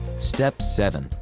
step seven.